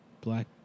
black